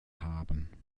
haben